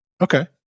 okay